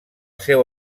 seu